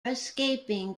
escaping